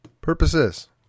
purposes